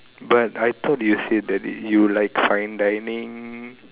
but I thought that you say you like fine dining